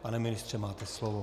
Pane ministře, máte slovo.